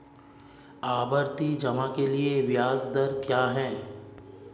आवर्ती जमा के लिए ब्याज दर क्या है?